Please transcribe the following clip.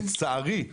לצערי,